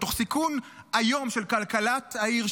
תוך סיכון איום של כלכלת העיר,